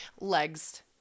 legs